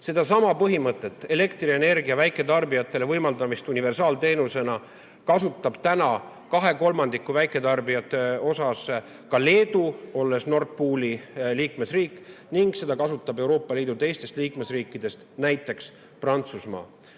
Sedasama põhimõtet, elektrienergia väiketarbijatele võimaldamist universaalteenusena, kasutab täna kahe kolmandiku väiketarbijate puhul ka Leedu, olles Nord Pooli liikmesriik, ning seda kasutab Euroopa Liidu teistest liikmesriikidest näiteks Prantsusmaa.